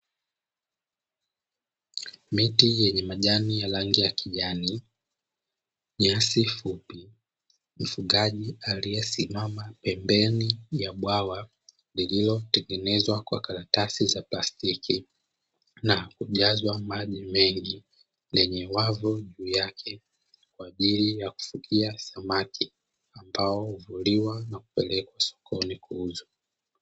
Miti yenye majani ya rangi ya kijani, nyasi fupi, mfugaji aliyesimama pembeni ya bwawa lililotengenezwa kwa karatasi za plastiki na kujazwa maji mengi. Lenye wavu juu yake kwa ajili ya kufugia samaki ambao huvuliwa na kupelekwa sokoni kuuzwa.